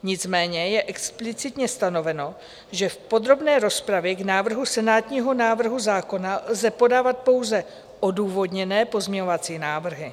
Nicméně je explicitně stanoveno, že v podrobné rozpravě k návrhu senátního návrhu zákona lze podávat pouze odůvodněné pozměňovací návrhy.